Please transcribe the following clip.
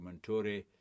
Montori